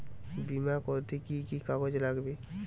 বিমা করতে কি কি কাগজ লাগবে?